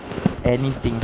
anything